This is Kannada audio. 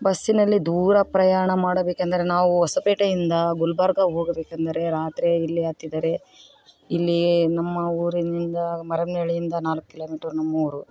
ಬಸ್ಸಿನಲ್ಲಿ ದೂರ ಪ್ರಯಾಣ ಮಾಡಬೇಕೆಂದರೆ ನಾವು ಹೊಸಪೇಟೆಯಿಂದ ಗುಲ್ಬರ್ಗ ಹೋಗಬೇಕೆಂದರೆ ರಾತ್ರಿ ಇಲ್ಲಿ ಹತ್ತಿದರೆ ಇಲ್ಲಿಯೇ ನಮ್ಮ ಊರಿನಿಂದ ಮರಿಯಮ್ನಳ್ಳಿಯಿಂದ ನಾಲ್ಕು ಕಿಲೋಮೀಟರ್ ನಮ್ಮ ಊರು